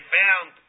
found